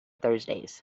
thursdays